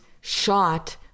shot